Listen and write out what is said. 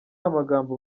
amagambo